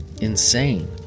Insane